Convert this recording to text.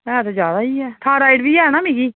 है ते जादा ही ऐ थाइरोइड बी है ना मिगी